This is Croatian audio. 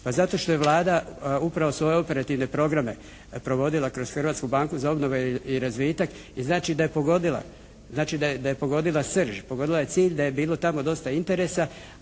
Pa zato što je Vlada upravo svoje operativne programe provodila kroz Hrvatsku banku za obnovu i razvitak i znači da je pogodila. Znači da je pogodila srž. Pogodila je cilj da je bilo tamo dosta interesa,